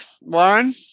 Warren